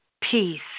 peace